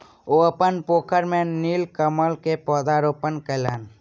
ओ अपन पोखैर में नीलकमल के पौधा रोपण कयलैन